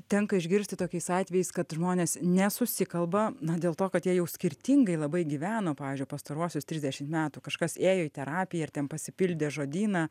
tenka išgirsti tokiais atvejais kad žmonės nesusikalba na dėl to kad jie jau skirtingai labai gyveno pavyzdžiui pastaruosius trisdešimt metų kažkas ėjo į terapiją ir ten pasipildė žodyną